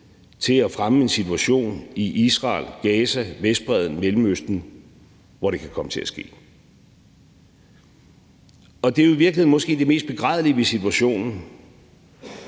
til at fremme en situation i Israel, Gaza, Vestbredden, Mellemøsten, hvor det kan komme til at ske, og det er måske i virkeligheden det mest begrædelige ved situationen.